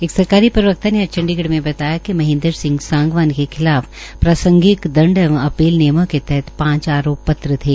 एक सरकारी प्रवक्ता ने आज चंडीगढ़ में बताया कि महेंद्र सिंह सांगवान के खिलाफ प्रासंगिक दंड एवं अपील नियमों के तहत पांच आरोप पत्र थे